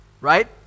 right